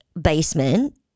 basement